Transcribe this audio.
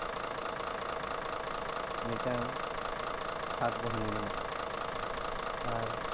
ᱢᱤᱫᱴᱟᱝ ᱥᱟᱛ ᱵᱩᱦᱱᱤ ᱢᱮᱱᱟᱜᱼᱟ ᱟᱨ